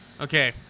Okay